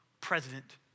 president